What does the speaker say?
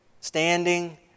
standing